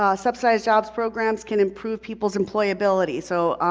ah subsidized jobs programs can improve people's employability. so,